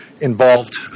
involved